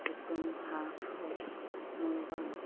एकदम हा हु न' बां